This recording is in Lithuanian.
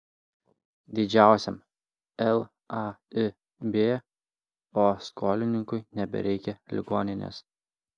didžiausiam laib o skolininkui nebereikia ligoninės